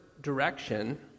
direction